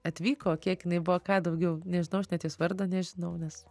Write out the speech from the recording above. atvyko kiek jinai buvo ką daugiau nežinau aš net jos vardo nežinau nes